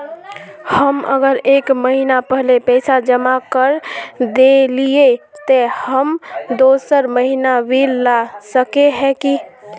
हम अगर एक महीना पहले पैसा जमा कर देलिये ते हम दोसर महीना बिल ला सके है की?